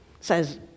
Says